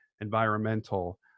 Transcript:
environmental